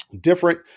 Different